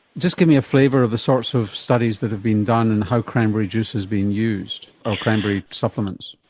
just give me a flavour of the sorts of studies that have been done and how cranberry juice has been used, or cranberry supplements.